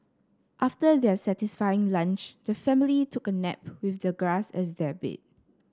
after their satisfying lunch the family took a nap with the grass as their bed